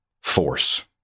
force